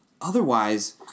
otherwise